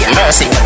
mercy